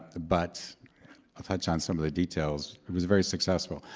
but i'll touch on some of the details. it was very successful.